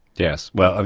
yes well.